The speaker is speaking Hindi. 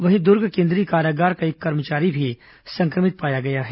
वहीं दुर्ग केन्द्रीय कारागार का एक कर्मचारी भी संक्रमित पाया गया है